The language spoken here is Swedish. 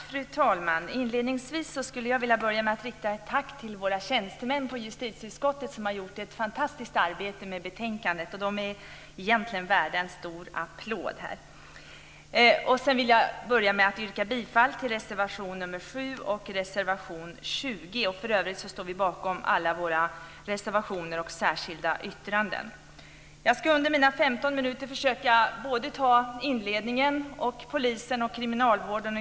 Fru talman! Inledningsvis skulle jag vilja rikta ett tack till våra tjänstemän på justitieutskottet som har gjort ett fantastiskt arbete med betänkandet. De är egentligen värda en stor applåd. Jag vill börja med att yrka bifall till reservation nr 7 och reservation nr 20. För övrigt står vi bakom alla våra reservationer och särskilda yttranden. Jag ska under mina 15 minuter försöka att ta upp inledningen, polisen och kriminalvården.